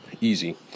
easy